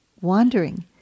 wandering